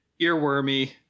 earwormy